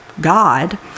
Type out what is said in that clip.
God